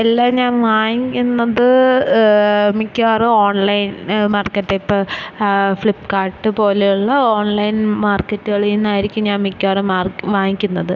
എല്ലാം ഞാൻ വാങ്ങിക്കുന്നത് മിക്കവാറും ഓൺലൈൻ മാർക്കറ്റ് ഇപ്പം ഫ്ലിപ്കാർട്ട് പോലെയുള്ള ഓൺലൈൻ മാർക്കറ്റുകളിൽ നിന്നായിരിക്കും ഞാൻ മിക്കവാറും മാർ വാങ്ങിക്കുന്നത്